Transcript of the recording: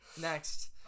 Next